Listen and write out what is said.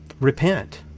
Repent